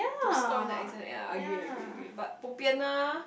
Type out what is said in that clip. to score the exams ya I agree I agree agree but bo pian ah